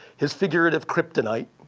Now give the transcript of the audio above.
his figurative kryptonite.